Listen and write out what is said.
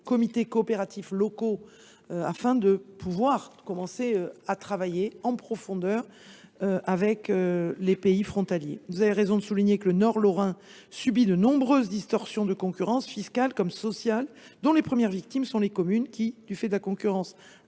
comités coopératifs locaux afin d’engager un travail en profondeur avec les pays en question. Vous avez raison de souligner que le Nord Lorrain subit de nombreuses distorsions de concurrence, fiscale comme sociale, dont les premières victimes sont les communes qui, du fait de la concurrence